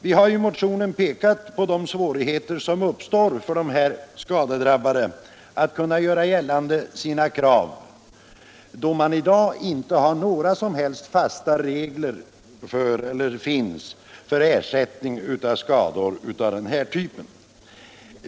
Vi har i motionen pekat på de svårigheter som uppstår för de skadedrabbade när det gäller att hävda sina krav, då det i dag inte finns några som helst fasta regler för ersättning av skador av den här typen.